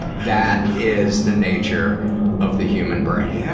that is the nature of the human brain. yeah.